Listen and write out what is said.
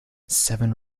seven